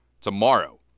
tomorrow